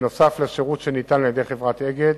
נוסף על השירות הניתן על-ידי חברת "אגד",